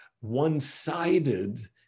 one-sided